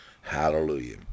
Hallelujah